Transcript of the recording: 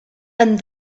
and